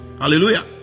Hallelujah